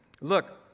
Look